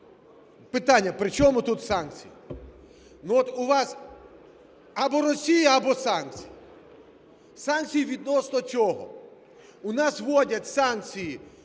Питання: при чому тут санкції? Ну, от у вас або Росія – або санкції. Санкції відносно цього. У нас вводять санкції